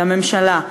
לממשלה,